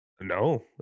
No